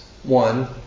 One